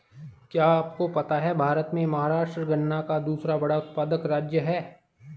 क्या आपको पता है भारत में महाराष्ट्र गन्ना का दूसरा बड़ा उत्पादक राज्य है?